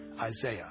Isaiah